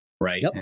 right